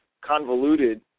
convoluted